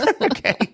Okay